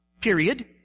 Period